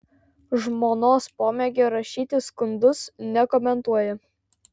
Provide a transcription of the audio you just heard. žmonos pomėgio rašyti skundus nekomentuoja